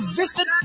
visit